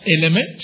element